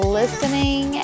listening